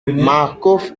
marcof